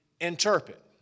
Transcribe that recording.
interpret